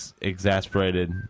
exasperated